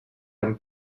amb